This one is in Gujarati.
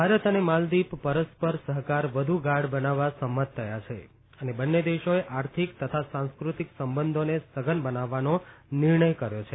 ભારત અને માલદિવ પરસ્પર સહકાર વધુ ગાઢ બનાવવા સહમત થયા છે અને બંને દેશોએ આર્થિક તથા સાંસ્કૃતિક સંબંધો સઘન બનાવવાનો નિર્ણય કર્યો છે